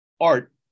art